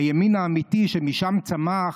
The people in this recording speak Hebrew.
הימין האמיתי, שמשם צמחת,